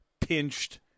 pinched